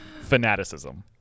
fanaticism